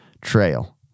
Trail